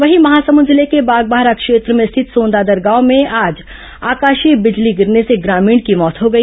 वहीं महासमुंद जिले के बागबाहरा क्षेत्र में स्थित सोनदादर गांव में आज आकाशीय बिजली गिरने से एक ग्रामीण की मौत हो गई